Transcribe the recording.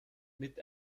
mit